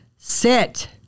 sit